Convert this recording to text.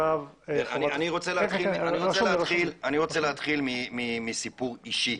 אני רוצה להתחיל בסיפור אישי.